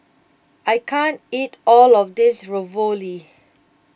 I can't eat all of this Ravioli